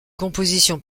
composition